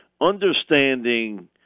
understanding